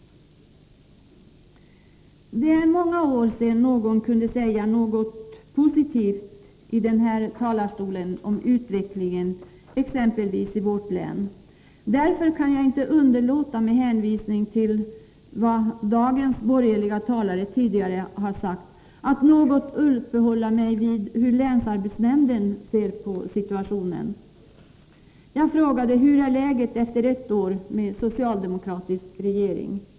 Det är många år sedan någon kunde säga något positivt i den här talarstolen om utvecklingen exempelvis i vårt län. Därför kan jag inte underlåta, med hänvisning till vad dagens borgerliga talare tidigare har sagt, att något uppehålla mig vid hur länsarbetsnämnden ser på situationen. Jag frågade: Hur är läget efter ett år med socialdemokratisk regering?